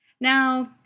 Now